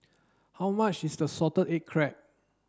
how much is the salted egg crab